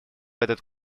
этот